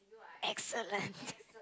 excellent